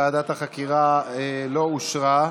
החקירה לא אושרה.